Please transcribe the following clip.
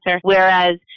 Whereas